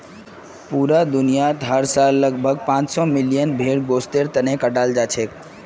पूरा दुनियात हर साल लगभग पांच सौ मिलियन भेड़ गोस्तेर तने कटाल जाछेक